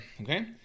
okay